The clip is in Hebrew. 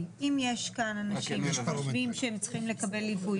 אם יש כאן אנשים שחושבים שהם צריכים לקבל ליווי